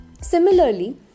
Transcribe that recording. Similarly